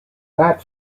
that